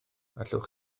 allwch